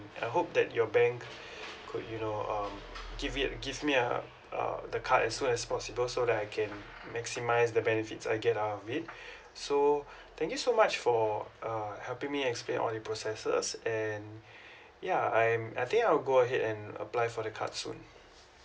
I hope that your bank could you know um give it give me uh uh the card as soon as possible so that I can maximize the benefits I get out of it so thank you so much for uh helping me explain all the processes and yeah I'm I think I'll go ahead and apply for the card soon